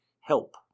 help